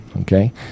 Okay